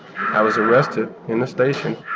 i was arrested in the station,